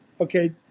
Okay